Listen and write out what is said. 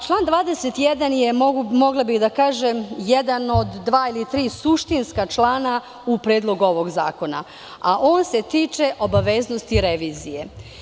Član 21. je, mogla bih da kažem, jedan od dva ili tri suštinska člana u ovom predlogu zakona, a on se tiče obaveznosti revizije.